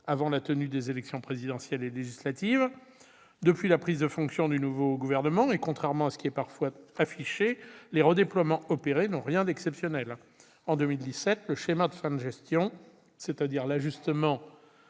avant la tenue des élections présidentielles et législatives. Depuis la prise de fonctions du nouveau gouvernement, et contrairement à ce qui est parfois affiché, les redéploiements opérés n'ont rien d'exceptionnel. En 2017, le schéma de fin de gestion, c'est-à-dire l'ajustement